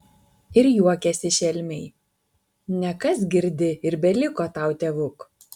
ir juokėsi šelmiai nekas girdi ir beliko tau tėvuk